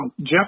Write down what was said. Jeff